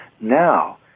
Now